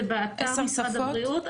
זה באתר משרד הבריאות.